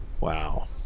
wow